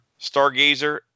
Stargazer